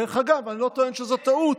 דרך אגב, אני לא טוען שזו טעות.